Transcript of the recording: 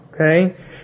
Okay